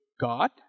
God